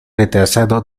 retrasado